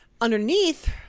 underneath